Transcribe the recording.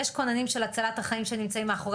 יש כוננים של הצלת החיים שנמצאים מאחרי